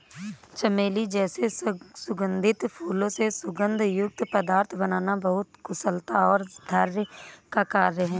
चमेली जैसे सुगंधित फूलों से सुगंध युक्त पदार्थ बनाना बहुत कुशलता और धैर्य का कार्य है